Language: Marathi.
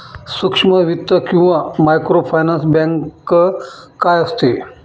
सूक्ष्म वित्त किंवा मायक्रोफायनान्स बँक काय असते?